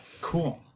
cool